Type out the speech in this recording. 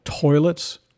toilets